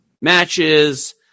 matches